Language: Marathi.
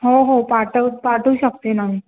हो हो पाठव पाठवू शकते ना मी